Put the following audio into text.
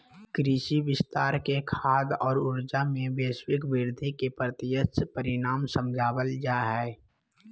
कृषि विस्तार के खाद्य और ऊर्जा, में वैश्विक वृद्धि के प्रत्यक्ष परिणाम समझाल जा हइ